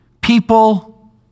people